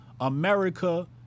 America